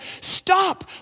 stop